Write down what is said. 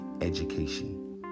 education